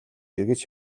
эргэж